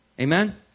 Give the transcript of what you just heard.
Amen